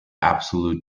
absolute